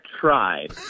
tried